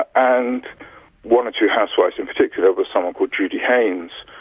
and one or two housewives in particular, with someone called judy haines,